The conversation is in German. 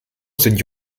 sind